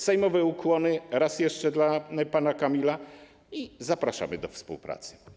Sejmowe ukłony raz jeszcze dla pana Kamila i zapraszamy do współpracy.